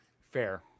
Fair